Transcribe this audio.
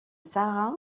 sahara